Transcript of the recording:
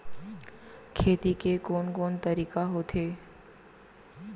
खेती के कोन कोन तरीका होथे?